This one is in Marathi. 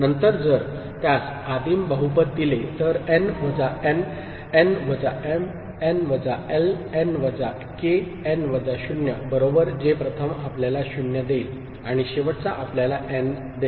नंतर जर त्यास आदिम बहुपद दिले तर एन वजा एन एन वजा एम एन वजा एल एन वजा के एन वजा 0 बरोबर जे प्रथम आपल्याला 0 देईल आणि शेवटचा आपल्याला एन देईल